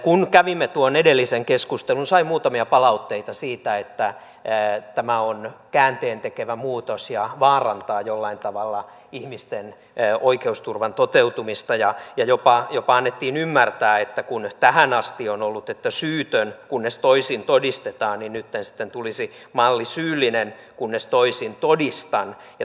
kun kävimme tuon edellisen keskustelun sain muutamia palautteita siitä että tämä on käänteentekevä muutos ja vaarantaa jollain tavalla ihmisten oikeusturvan toteutumista ja jopa annettiin ymmärtää että kun tähän asti on ollut että syytön kunnes toisin todistetaan niin nyt sitten tulisi malli syyllinen kunnes toisin todistan